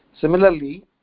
Similarly